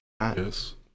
Yes